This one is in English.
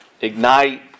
ignite